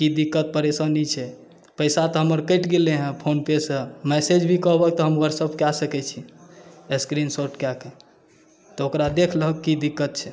ई दिक्कत परेशानी छै पैसा तँ हमर कटि गेल अछि फोनपे कॉल सँ मैसेज कॉल भी कहबहक तँ हम व्हाट्सएप कॉल कऽ सकै छी स्क्रीन शॉट कऽ कए तऽ ओकरा देख लहक की दिक्कत छै